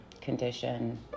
condition